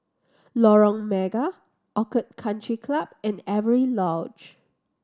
Lorong Mega Orchid Country Club and Avery Lodge